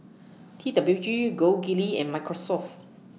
T W G Gold Kili and Microsoft